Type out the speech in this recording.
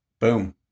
Boom